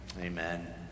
Amen